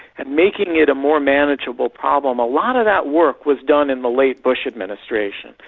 and making it a more manageable problem, a lot of that work was done in the late bush administration.